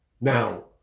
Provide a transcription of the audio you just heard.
Now